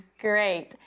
great